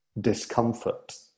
discomfort